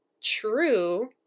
true